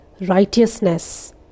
righteousness